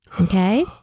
Okay